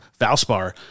Valspar